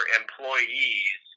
employees